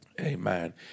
Amen